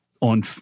on